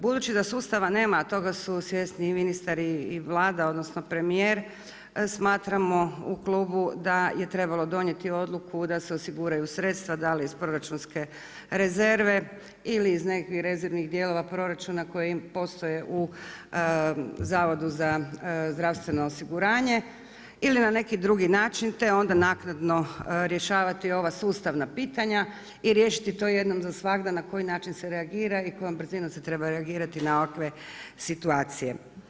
Budući da sustava nema, toga su svjesni i ministri i Vlada odnosno premijer, smatramo u klubu da je trebalo donijeti odluku da se osiguraju sredstva, da li iz proračunske rezerve ili iz nekakvih rezervnih dijelova proračuna koji postoje u Zavodu za zdravstveno osiguranje ili na neki drugi način te onda naknadno rješavati ova sustavna pitanja i riješiti to jednom za svagda na koji način se reagira i kojom brzinom se treba reagirati na ovakve situacije.